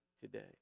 today